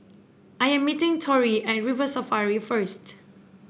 I am meeting Torrie at River Safari first